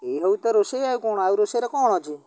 ଏଇ ହଉ ତ ରୋଷେଇ ଆଉ କ'ଣ ଆଉ ରୋଷେଇରେ କ'ଣ ଅଛି